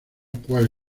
cuál